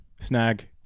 snag